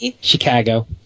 Chicago